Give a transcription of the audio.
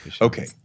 Okay